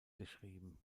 geschrieben